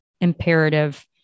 imperative